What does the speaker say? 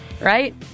Right